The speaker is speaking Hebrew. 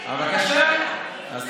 בבקשה, אז